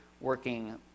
working